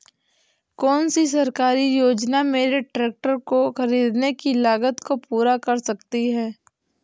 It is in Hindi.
कौन सी सरकारी योजना मेरे ट्रैक्टर को ख़रीदने की लागत को पूरा कर सकती है?